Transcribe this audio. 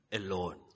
alone